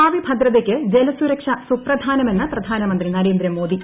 ഭാവി ഭദ്രതയ്ക്ക് ജലസുരക്ഷ സുപ്രധാനമെന്ന് പ്രധാന മന്ത്രി നരേന്ദ്ര മോദി